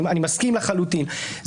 אני מסכים לחלוטין,